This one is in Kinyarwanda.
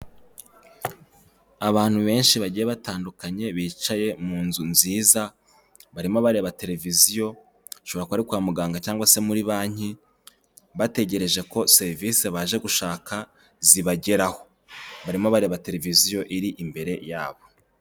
Abantu benshi bagiye batandukanye bicaye mu nzu nziza, barimo bareba televiziyo bashobora kuba bari kwa muganga cyangwa se muri banki, bategereje ko serivisi baje gushaka zibageraho, barimo bareba televiziyo iri imbere yabo.